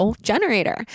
generator